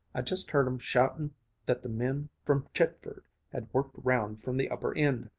i jest heard em shoutin that the men from chitford had worked round from the upper end.